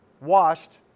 Washed